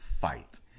fight